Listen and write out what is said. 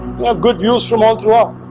good views from all throughout,